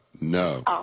No